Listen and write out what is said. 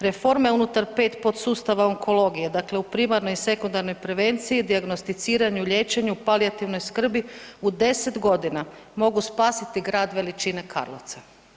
Reforme unutar 5 podsustava onkologije, dakle u primarnoj i sekundarnoj prevenciji, dijagnosticiranju, liječenju palijativnoj skrbi u deset godina mogu spasiti grad veličine Karlovca.